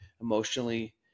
emotionally